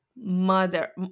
mother